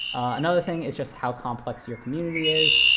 another thing is just how complex your community is.